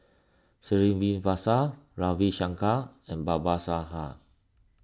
Srinivasa Ravi Shankar and Babasaheb